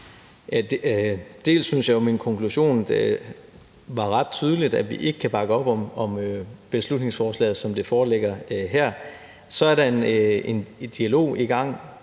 Dels syntes jeg jo, at min konklusion var ret tydelig, nemlig at vi ikke kan bakke op om beslutningsforslaget, som det foreligger her, dels er der en fornyet dialog i gang